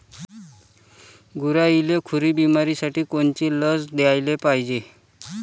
गुरांइले खुरी बिमारीसाठी कोनची लस द्याले पायजे?